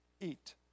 eat